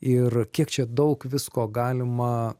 ir kiek čia daug visko galima